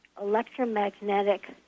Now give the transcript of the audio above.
electromagnetic